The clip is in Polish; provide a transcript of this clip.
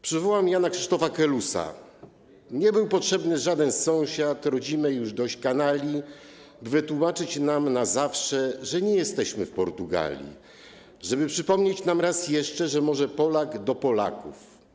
Przywołam słowa Jana Krzysztofa Kelusa: Nie był potrzebny żaden sąsiad, rodzimej dosyć jest kanalii, by wytłumaczyć nam na zawsze, że nie jesteśmy w Portugalii, żeby przypomnieć nam raz jeszcze, że może Polak do Polaków.